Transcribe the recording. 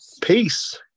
Peace